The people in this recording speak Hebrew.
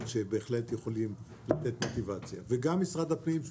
שבהחלט יכולים לתת מוטיבציה וגם משרד הפנים,